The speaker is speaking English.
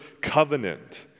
covenant